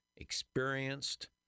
experienced